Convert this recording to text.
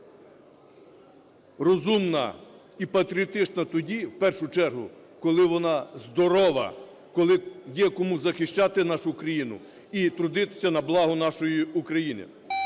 розумна і патріотична тоді, в першу чергу, коли вона здорова, коли є кому захищати нашу країну і трудитися на благо нашої України.